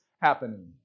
happening